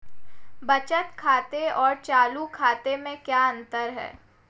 बचत खाते और चालू खाते में क्या अंतर है?